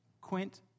Quint